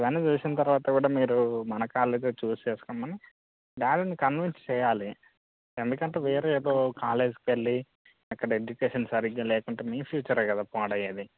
ఇవన్నీ చూసిన తర్వాత కూడా మీరు మన కాలేజ్ చూజ్ చేసుకున్నారు డాడీని కన్విన్స్ చేయాలి ఎందుకంటే వేరే ఏదో కాలేజ్కు వెళ్ళి అక్కడ ఎడ్యుకేషన్ సరిగా లేకుంటే మీ ఫ్యూచర్ కదా పాడు అయ్యేది